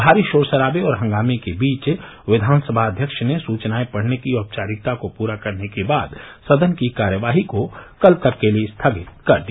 भारी शोर शराबे और हंगामें के बीच विघानसभा अध्यक्ष ने सूचनायें पढ़ने की औपचारिकता को पूरा करने के बाद सदन की कार्यवाही को कल तक के लिये स्थगित कर दिया